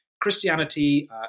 Christianity